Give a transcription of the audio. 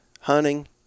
hunting